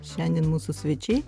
šiandien mūsų svečiai